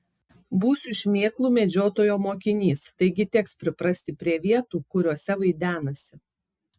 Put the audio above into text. būsiu šmėklų medžiotojo mokinys taigi teks priprasti prie vietų kuriose vaidenasi